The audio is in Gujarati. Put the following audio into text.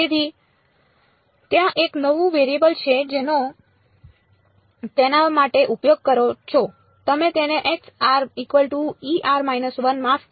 તેથી ત્યાં એક નવું વેરિયેબલ છે જેનો તમે તેના માટે ઉપયોગ કરો છો તમે તેને માફ કરો છો